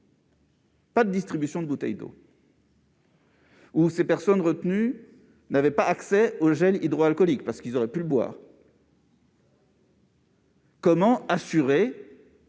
pas de distribution de bouteilles d'eau, dans lequel elles n'avaient pas accès au gel hydroalcoolique, parce qu'elles auraient pu le boire. Comment assurer